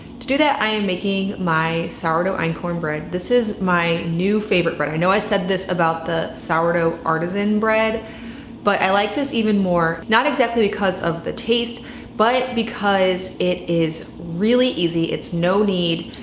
to do that i am making my sourdough einkorn bread. this is my new favorite bread. i know i said this about the sourdough artisan bread but i like this even more. not exactly because of the taste but because it is really easy, it's no knead,